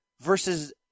versus